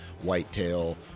whitetail